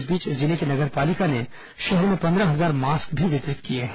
इस बीच जिले की नगर पालिका ने शहर में पंद्रह हजार मास्क भी वितरित किए हैं